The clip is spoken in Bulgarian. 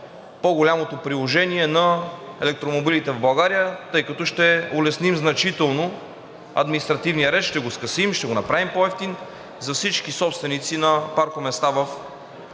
по-голямото приложение на електромобилите в България, тъй като ще улесним значително административния ред – ще го скъсим, ще го направим по-евтин за всички собственици на паркоместа в общи